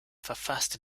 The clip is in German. verfasste